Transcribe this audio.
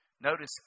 Notice